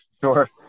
Sure